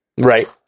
Right